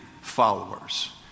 followers